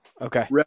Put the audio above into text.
okay